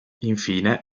infine